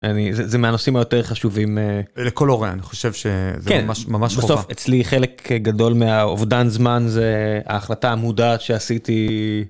זה מהנושאים היותר חשובים לכל הורה אני חושב שזה ממש ממש חובה כן, בסוף אצלי חלק גדול מהאובדן זמן זה ההחלטה המודעת שעשיתי.